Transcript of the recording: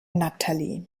natalie